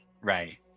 Right